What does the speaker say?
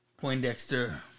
Poindexter